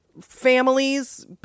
families